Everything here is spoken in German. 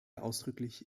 ausdrücklich